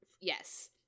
yes